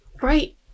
Right